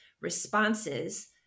responses